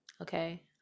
okay